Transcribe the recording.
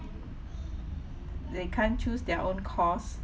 they can't choose their own course